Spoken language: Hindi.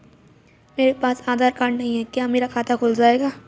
मेरे पास आधार कार्ड नहीं है क्या मेरा खाता खुल जाएगा?